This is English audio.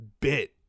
bit